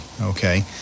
okay